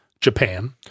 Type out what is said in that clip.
Japan